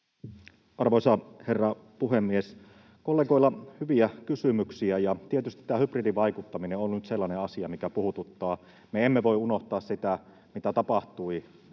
Arvoisa herra puhemies! Kollegoilla oli hyviä kysymyksiä. Tietysti tämä hybridivaikuttaminen on nyt sellainen asia, mikä puhututtaa. Me emme voi unohtaa sitä, mitä tapahtui